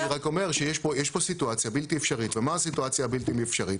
אני רק אומר שיש פה סיטואציה בלתי אפשרית ומה הסיטואציה הבלתי אפשרית?